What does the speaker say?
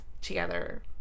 together